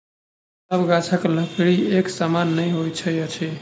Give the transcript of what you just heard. सभ गाछक लकड़ी एक समान नै होइत अछि